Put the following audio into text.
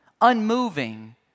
unmoving